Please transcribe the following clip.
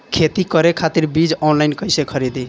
खेती करे खातिर बीज ऑनलाइन कइसे खरीदी?